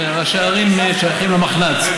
שראשי הערים שייכים למחנ"צ,